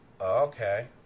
Okay